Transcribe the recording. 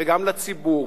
וגם לציבור: